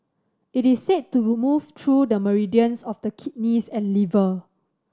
it is said to remove through the meridians of the kidneys and liver